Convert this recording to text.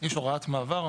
יש הוראת מעבר,